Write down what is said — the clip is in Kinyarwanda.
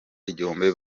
igihumbi